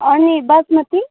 अनि बासमति